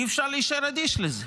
אי אפשר להישאר אדיש לזה.